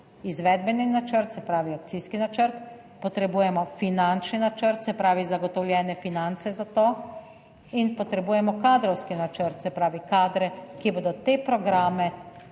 izvedbeni načrt, se pravi, akcijski načrt, potrebujemo finančni načrt, se pravi, zagotovljene finance za to in potrebujemo kadrovski načrt, se pravi, kadre, ki bodo te programe